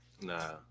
Nah